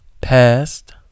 past